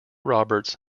roberts